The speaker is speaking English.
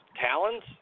talons